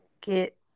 get